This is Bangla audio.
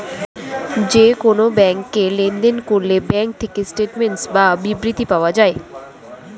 যে কোন ব্যাংকে লেনদেন করলে ব্যাঙ্ক থেকে স্টেটমেন্টস বা বিবৃতি পাওয়া যায়